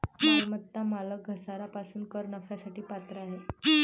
मालमत्ता मालक घसारा पासून कर नफ्यासाठी पात्र आहे